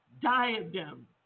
diadem